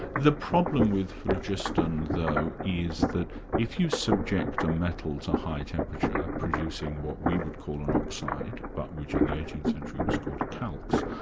the problem with phlogiston though is that if you subject a metal to high temperature, producing what we would call an oxide but which in the eighteenth century was a called a calx,